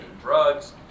drugs